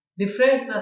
difference